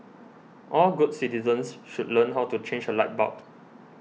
all good citizens should learn how to change a light bulb